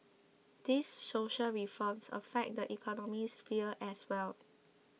these social reforms affect the economic sphere as well